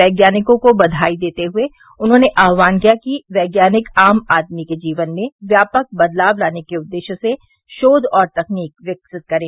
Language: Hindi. वैज्ञानिकों को बघाई देते हए उन्होंने आहवान किया कि वैज्ञानिक आम आदमी के जीवन में व्यापक बदलाव लाने के उद्देश्य से शोघ और तकनीक विकसित करें